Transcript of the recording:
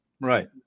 Right